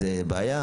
זו בעיה?